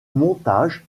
montage